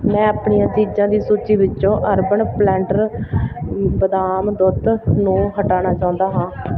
ਮੈਂ ਆਪਣੀਆਂ ਚੀਜ਼ਾਂ ਦੀ ਸੂਚੀ ਵਿੱਚੋਂ ਅਰਬਨ ਪਲੈੱਟਰ ਬਦਾਮ ਦੁੱਧ ਨੂੰ ਹਟਾਉਣਾ ਚਾਹੁੰਦਾ ਹਾਂ